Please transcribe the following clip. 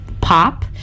pop